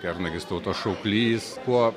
kernagis tautos šauklys kuo